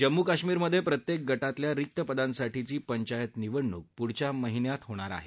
जम्मू कश्मीरमधे प्रत्येक गटातल्या रिक्त पदांसाठीची पंचायत निवडणूक पुढच्या महिन्यात होणार आहे